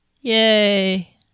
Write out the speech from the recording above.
Yay